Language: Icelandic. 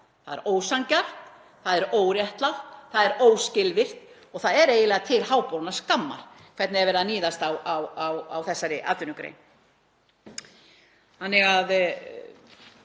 Það er ósanngjarnt, það er óréttlátt, það er óskilvirkt og það er eiginlega til háborinnar skammar hvernig er verið að níðast á þessari atvinnugrein.